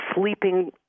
sleeping